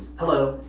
hello,